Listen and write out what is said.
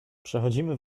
przechodzimy